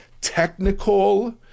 technical